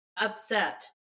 upset